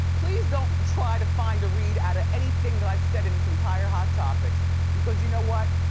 please, don't try to find a read out of anything that i've said in this entire hot topics because you know what?